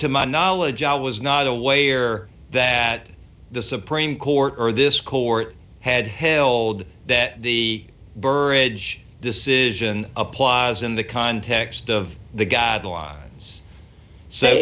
to my knowledge i was not away or that the supreme court or this court had held that the burrage decision applies in the context of the guidelines s